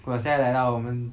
我现在来到我们